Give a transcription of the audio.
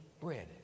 bread